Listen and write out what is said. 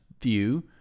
view